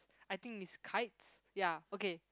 I think is kites ya okay